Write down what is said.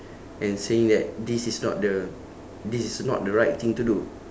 and saying that this is not the this is not the right thing to do